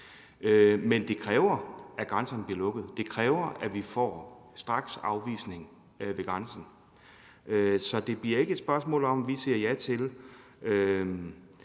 Men det kræver, at grænserne bliver lukket. Det kræver, at vi får straksafvisning ved grænsen. Så det bliver ikke et spørgsmål om, at vi siger ja til